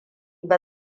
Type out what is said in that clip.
ba